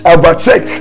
overtake